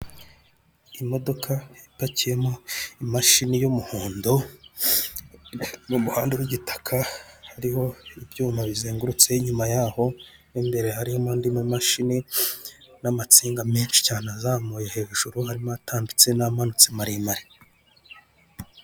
Imodoka ipakiyemo imashini y'umuhondo, mu muhanda w'igitaka hariho ibyuma bizengurutse inyuma yaho, mo imbere harimo andi mamashini n'amatsinaga menshi cyane azamuye hejuru, harimo atambitse n'amananitsi maremare.